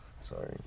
Sorry